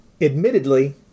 admittedly